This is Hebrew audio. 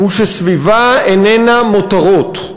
הוא שסביבה איננה מותרות.